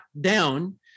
down